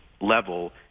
level